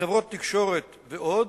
בחברות תקשורת ועוד.